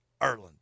Ireland